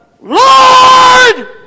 Lord